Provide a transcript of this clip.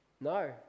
no